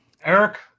Eric